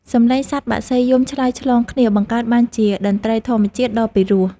សំឡេងសត្វបក្សីយំឆ្លើយឆ្លងគ្នា បង្កើតបានជាតន្ត្រីធម្មជាតិដ៏ពីរោះ។